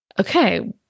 okay